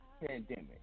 pandemic